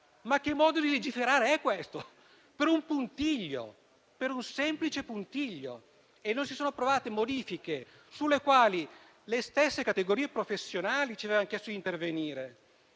Che modo di legiferare è questo? Per un semplice puntiglio non si sono approvate modifiche sulle quali le stesse categorie professionali ci avevano chiesto di intervenire.